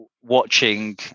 watching